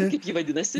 kaip ji vadinasi